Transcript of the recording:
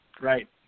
Right